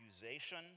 accusation